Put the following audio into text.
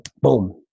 boom